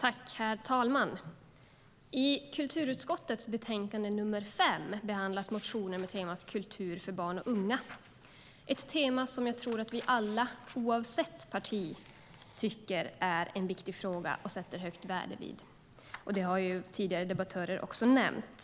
Herr talman! I kulturutskottets betänkande nummer 5 behandlas motioner med temat kultur för barn och unga. Det är ett tema som jag tror att vi alla, oavsett parti, fäster högt värde vid och tycker är viktigt, vilket tidigare debattörer också har nämnt.